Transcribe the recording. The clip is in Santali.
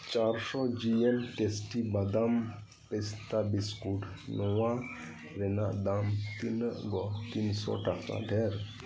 ᱪᱟᱨ ᱥᱚ ᱡᱤ ᱮᱢ ᱴᱮᱥᱴᱤ ᱵᱟᱫᱟᱢ ᱯᱟᱥᱛᱟ ᱵᱤᱥᱠᱩᱴ ᱱᱚᱣᱟ ᱨᱮᱱᱟᱜ ᱫᱟᱢ ᱛᱤᱱᱟᱹᱜ ᱛᱤᱱ ᱥᱚ ᱴᱟᱠᱟ ᱰᱷᱮᱨ